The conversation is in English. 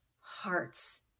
hearts